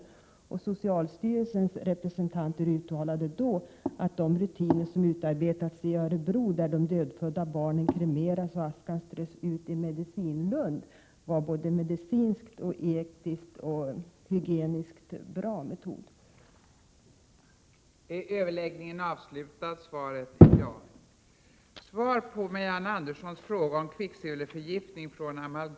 1987/88:124 Socialstyrelsens representanter uttalade då att de rutiner som utarbetats i 20 maj 1988 Örebro, där de dödfödda barnen kremeras och askan strös ut i minneslund, Oo FRA STA var både medicinskt, etiskt och hygieniskt en bra metod. BO KViCkAUVer TORRE